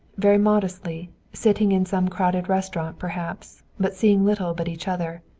very modestly, sitting in some crowded restaurant perhaps, but seeing little but each other.